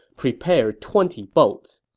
prepared twenty boats.